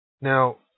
now